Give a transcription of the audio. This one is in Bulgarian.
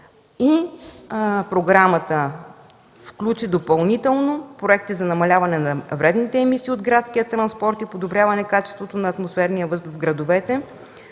програмата включи допълнително проекти за намаляване на вредните емисии от градския транспорт и подобряване качеството на атмосферния въздух в градовете,